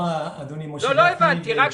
שלמה להעביר.